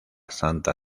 santa